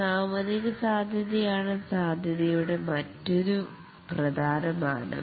സാമ്പത്തിക സാധ്യതയാണ് സാധ്യതയുടെ മറ്റൊരു പ്രധാന മാനം